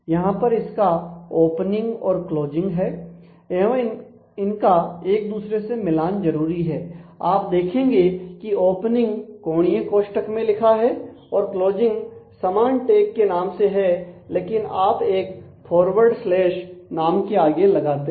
यहां पर इसका ओपनिंग और क्लोजिंग है एवं इनका एक दूसरे से मिलान जरूरी है आप देखेंगे की ओपनिंग कोणीय कोष्टक में लिखा है और क्लोजिंग समान टैग के नाम से है लेकिन आप एक फॉरवर्ड नाम के आगे लगाते हैं